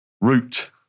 Root